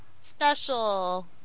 Special